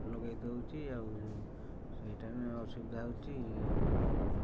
ଲଗେଇ ଦେଉଛି ଆଉ ସେଇଟାନେ ଅସୁବିଧା ହେଉଛି